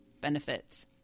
benefits